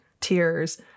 tears